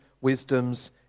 wisdom's